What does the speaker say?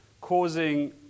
causing